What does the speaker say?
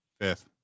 Fifth